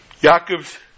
Yaakov's